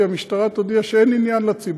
כי המשטרה תודיע שאין עניין לציבור,